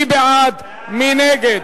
מי בעד, מי נגד?